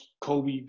Kobe